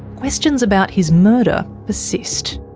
questions about his murder persist.